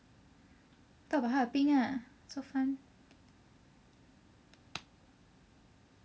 talk about 哈尔滨 lah so fun